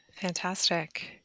Fantastic